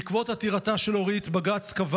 בעקבות עתירתה של אורית בג"ץ קבע